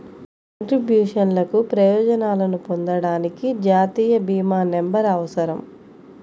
కంట్రిబ్యూషన్లకు ప్రయోజనాలను పొందడానికి, జాతీయ భీమా నంబర్అవసరం